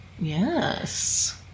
yes